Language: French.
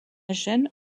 gênes